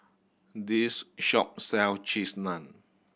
this shop sells Cheese Naan